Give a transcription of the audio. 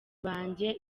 banjye